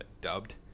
dubbed